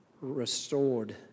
restored